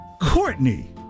Courtney